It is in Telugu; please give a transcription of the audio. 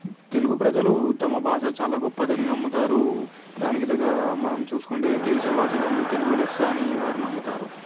తెలుగు ప్రజలు తమ భాష చాలా గొప్పదని నమ్ముతారు దానికి తగ్గ మనం చూసుకుంటే దేశభాషలందు తెలుగు లెస్స అని వారు నమ్ముతారు